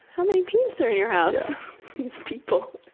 how many peeps are in your house? these people.